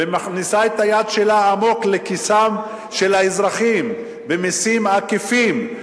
ומכניסה את היד שלה עמוק לכיסם של האזרחים במסים עקיפים,